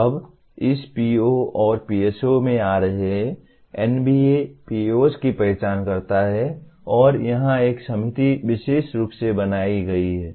अब इस PO और PSO में आ रहे हैं NBA POs की पहचान करता है और यहां एक समिति विशेष रूप से बनाई गई है